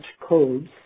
codes